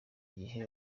gihe